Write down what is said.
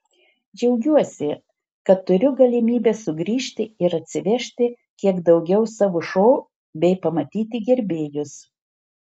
džiaugiuosi kad turiu galimybę sugrįžti ir atsivežti kiek daugiau savo šou bei pamatyti gerbėjus